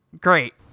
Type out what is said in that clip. Great